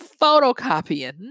photocopying